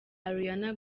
ariana